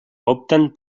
opten